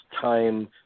time